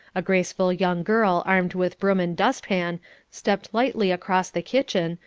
a graceful young girl armed with broom and dustpan stepped lightly across the kitchen,